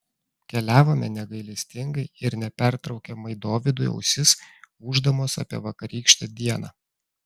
keliavome negailestingai ir nepertraukiamai dovydui ausis ūždamos apie vakarykštę dieną